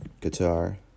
guitar